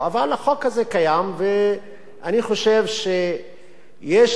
ואני חושב שיש למצוא את אותן דרכים